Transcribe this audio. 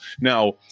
Now